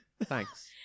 Thanks